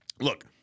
look